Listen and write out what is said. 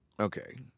Okay